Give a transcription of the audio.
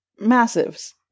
Massives